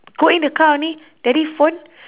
go in the car only daddy phone